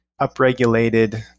upregulated